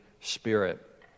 Spirit